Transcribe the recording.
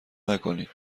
نکنید